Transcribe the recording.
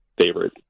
favorite